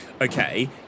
Okay